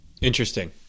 Interesting